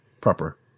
proper